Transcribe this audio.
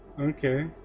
Okay